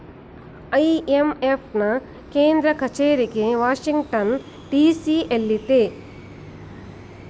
IMF ನಾ ಕೇಂದ್ರ ಕಚೇರಿಗೆ ವಾಷಿಂಗ್ಟನ್ ಡಿ.ಸಿ ಎಲ್ಲಿದೆ